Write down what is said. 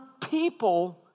people